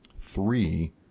three